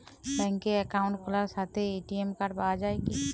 ব্যাঙ্কে অ্যাকাউন্ট খোলার সাথেই এ.টি.এম কার্ড পাওয়া যায় কি?